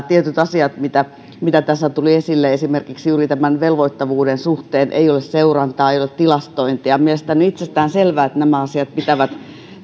tietyt asiat mitä mitä tässä tuli esille esimerkiksi juuri tämän velvoittavuuden suhteen ovat erittäin hätkähdyttäviä ei ole seurantaa ei ole tilastointia mielestäni on itsestäänselvää että nämä asiat pitää